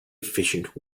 efficient